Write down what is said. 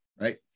right